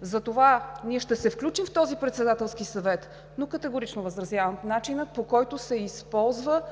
Затова ние ще се включим в този Председателски съвет, но категорично възразявам по начина, по който се използва